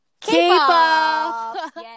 K-pop